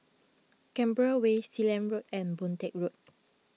Canberra Way Sealand Road and Boon Teck Road